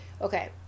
Okay